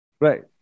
right